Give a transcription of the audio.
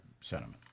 sentiment